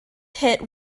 hit